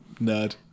nerd